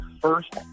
first